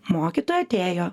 mokytoja atėjo